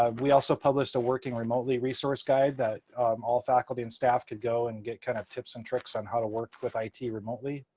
um we also published a working remotely resource guide that all faculty and staff could go and get kind of tips and tricks on how to work with it remotely.